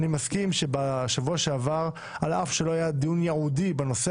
אני מסכים שבשבוע שעבר על אף שלא היה דיון ייעודי בנושא